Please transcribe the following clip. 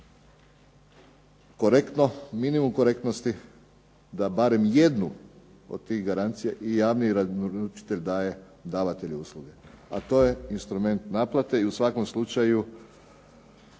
korektno, minimum korektnosti da barem jednu od tih garancija i javni naručitelj daje davatelju usluge, a to je instrument naplate i u svakom slučaju,